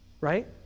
Right